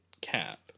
Cap